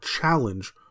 challenge